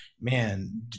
man